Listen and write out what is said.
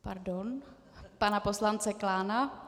Pardon, pana poslance Klána.